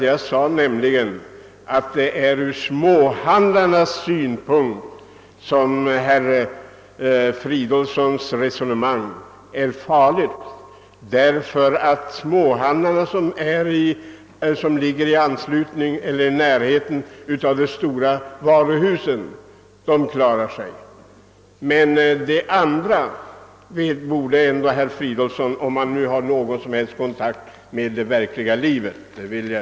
Jag sade nämligen att det är ur småhandlarnas synpunkt som herr Fridolfssons resonemang är farligt; de småhandlare som har sina butiker i närheten av de stora varuhusen klarar sig, men de andra har genom denna liberalisering av öppethållandet kommit i en allvarlig situation.